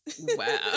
Wow